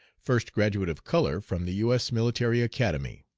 first graduate of color from the u s. military academy